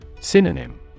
Synonym